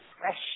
fresh